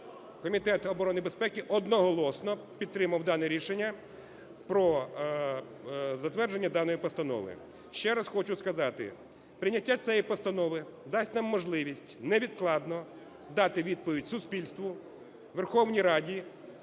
Комітет оборони і безпеки одноголосно підтримав дане рішення про затвердження даної постанови. Ще раз хочу сказати, прийняття цієї постанови дасть нам можливість невідкладно дати відповідь суспільству, Верховній Раді